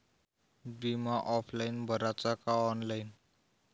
बिमा ऑफलाईन भराचा का ऑनलाईन?